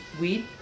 weed